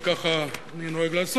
כי ככה אני נוהג לעשות: